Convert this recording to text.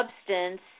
substance